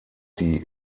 die